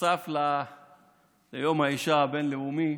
בנוסף ליום האישה הבין-לאומי